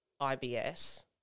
IBS